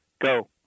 go